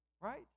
right